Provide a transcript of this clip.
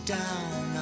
down